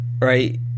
right